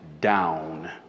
down